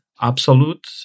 absolute